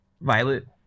Violet